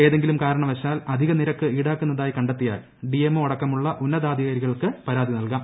ഏതെങ്കിലും കാരണവശാൽ അധിക നിരക്ക് ഈടാക്കുന്നതായി കണ്ടെത്തിയാൽ ഡിഎംഒ അടക്കമുള്ള ഉന്നതാധികാരികൾക്ക് പരാതി നൽകാം